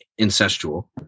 incestual